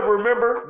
remember